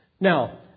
Now